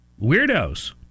weirdos